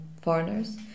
Foreigners